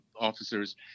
officers